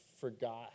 forgot